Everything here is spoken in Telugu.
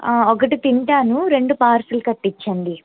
ఒకటి తింటాను రెండు పార్సల్ కట్టించండి